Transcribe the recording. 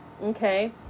Okay